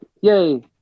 yay